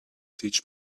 teach